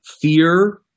fear